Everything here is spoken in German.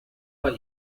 bei